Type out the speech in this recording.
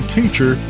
teacher